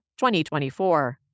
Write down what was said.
2024